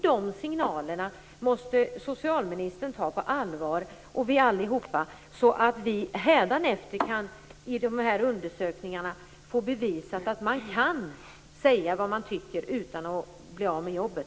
Sådana signaler tycker jag att socialministern, och vi alla, måste ta på allvar så att vi hädanefter i undersökningarna kan få bevisat att man kan säga vad man tycker utan att bli av med jobbet.